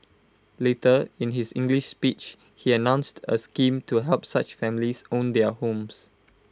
later in his English speech he announced A scheme to help such families own their homes